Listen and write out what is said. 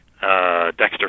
Dexter